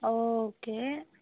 ஓ okay